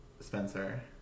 Spencer